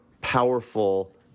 powerful